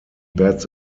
bats